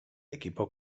equipo